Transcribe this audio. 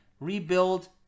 rebuild